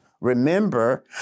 Remember